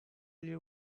you